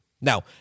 now